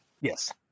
Yes